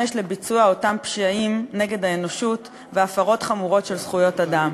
לביצוע אותם פשעים נגד האנושות והפרות חמורות של זכויות אדם.